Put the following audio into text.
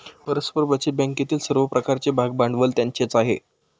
परस्पर बचत बँकेतील सर्व प्रकारचे भागभांडवल त्यांचेच आहे